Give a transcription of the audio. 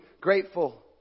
grateful